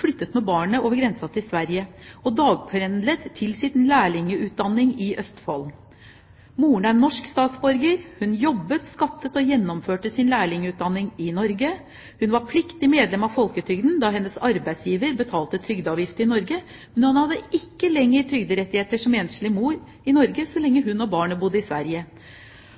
flyttet med barnet over grensen til Sverige og dagpendlet til sitt lærlingutdanningssted i Østfold. Moren er norsk statsborger. Hun jobbet, skattet og gjennomførte sin lærlingutdanning i Norge. Hun var pliktig medlem av folketrygden, da hennes arbeidsgiver betalte trygdeavgift i Norge, men hun hadde ikke lenger trygderettigheter som enslig mor i Norge så lenge hun og barnet bodde i Sverige.